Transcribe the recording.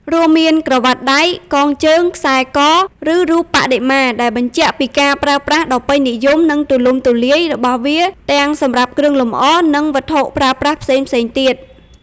រួមមាន ក្រវ៉ាត់ដៃ កងជើង ខ្សែ ក ឬរូបបដិមា ដែលបញ្ជាក់ពីការប្រើប្រាស់ដ៏ពេញនិយម និងទូលំទូលាយរបស់វាទាំងសម្រាប់គ្រឿងលម្អ និងវត្ថុប្រើប្រាស់ផ្សេងៗទៀត។